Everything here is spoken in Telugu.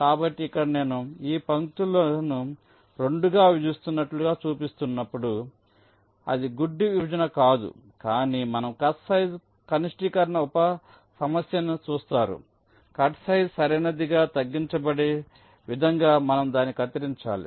కాబట్టి ఇక్కడ నేను ఈ పంక్తులను 2 గా విభజిస్తున్నట్లుగా చూపిస్తున్నప్పుడు అది గుడ్డి విభజన కాదుకానీ మనం కట్ సైజు కనిష్టీకరణ ఉప సమస్యను చూస్తారుకట్సైజ్ సరైనదిగా తగ్గించబడే విధంగా మనం దాన్ని కత్తిరించాలి